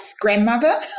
grandmother